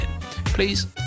Please